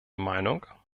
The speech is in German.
meinung